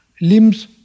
limbs